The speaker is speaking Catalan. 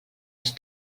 els